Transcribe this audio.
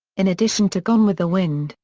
in addition to gone with the wind,